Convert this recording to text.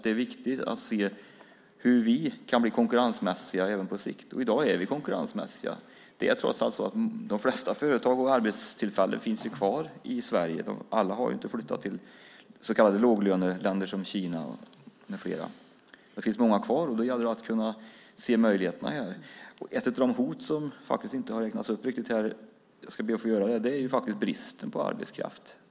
Det är viktigt att se hur vi kan bli konkurrensmässiga även på sikt. I dag är vi konkurrensmässiga. De flesta företag och arbetstillfällen finns ju kvar i Sverige. Inte alla har flyttat till så kallade låglöneländer som Kina. Det finns många kvar och då gäller det att se möjligheterna. Ett av de hot som inte har nämnts är faktiskt bristen på arbetskraft.